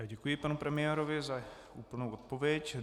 Děkuji panu premiérovi za úplnou odpověď.